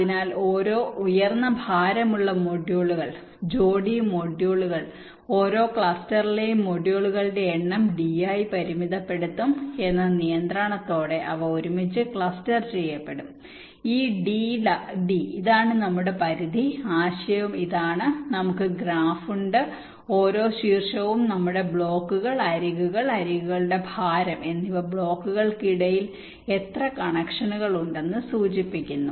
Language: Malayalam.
അതിനാൽ ഉയർന്ന ഭാരം ഉള്ള മൊഡ്യൂളുകൾ ജോഡി മൊഡ്യൂളുകൾ ഓരോ ക്ലസ്റ്ററിലെയും മൊഡ്യൂളുകളുടെ എണ്ണം d ആയി പരിമിതപ്പെടുത്തും എന്ന നിയന്ത്രണത്തോടെ അവ ഒരുമിച്ച് ക്ലസ്റ്റർ ചെയ്യപ്പെടും ഈ d ഇതാണ് നമ്മുടെ പരിധി ആശയം ഇതാണ് നമുക്ക് ഗ്രാഫ് ഉണ്ട് ഓരോ ശീർഷകവും നമ്മുടെ ബ്ലോക്കുകൾ അരികുകൾ അരികുകളുടെ ഭാരം എന്നിവ ബ്ലോക്കുകൾക്കിടയിൽ എത്ര കണക്ഷനുകൾ ഉണ്ടെന്ന് സൂചിപ്പിക്കുന്നു